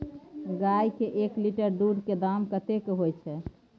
गाय के एक लीटर दूध के दाम कतेक होय छै?